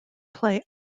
play